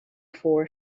four